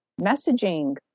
messaging